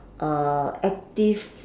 uh active